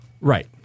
Right